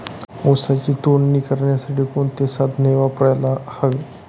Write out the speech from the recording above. ऊसाची तोडणी करण्यासाठी कोणते साधन वापरायला हवे?